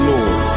Lord